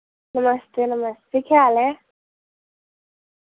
नमस्ते नमस्ते केह् हाल ऐ